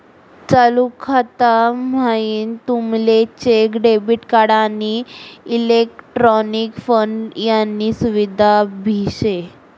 चालू खाता म्हाईन तुमले चेक, डेबिट कार्ड, आणि इलेक्ट्रॉनिक फंड यानी सुविधा भी शे